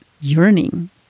yearning